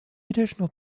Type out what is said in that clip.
additional